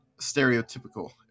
stereotypical